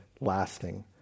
lasting